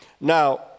Now